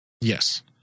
Yes